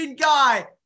guy